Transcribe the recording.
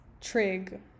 trig